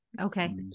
Okay